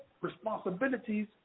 Responsibilities